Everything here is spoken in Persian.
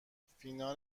فینال